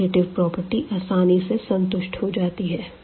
commutative property आसानी से संतुष्ट हो जाती है